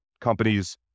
companies